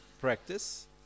practice